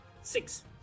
six